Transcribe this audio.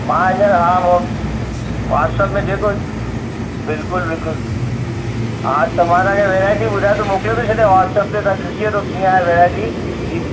मां हिन जो हा हो व्हाटसेप में जेको बिल्कुलु बिल्कुलु हा त मां तव्हांखे वैरायटी ॿुधाए थो मोकिले थो छॾियां व्हाटसेप ते तव्हां ॾिसी वठो त कीअं आहे वैरायटी जी